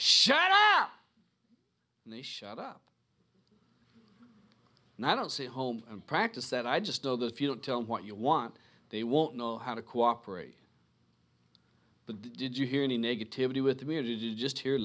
shine and they shut up and i don't see home and practice that i just know that if you don't tell me what you want they won't know how to cooperate but did you hear any negativity with me or did you just hear